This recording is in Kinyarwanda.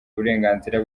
uburenganzira